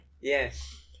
Yes